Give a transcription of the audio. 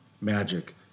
Magic